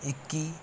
ਇੱਕੀ